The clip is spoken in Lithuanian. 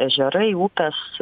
ežerai upės